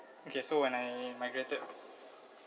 okay so when I migrated